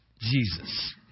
Jesus